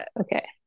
Okay